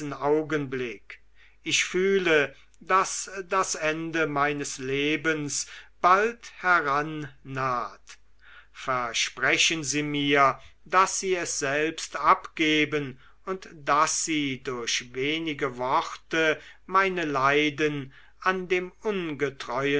augenblick ich fühle daß das ende meines lebens bald herannaht versprechen sie mir daß sie es selbst abgeben und daß sie durch wenige worte meine leiden an dem ungetreuen